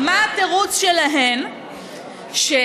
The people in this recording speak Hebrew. הם השקיעו ממיטב כספם, חסכו,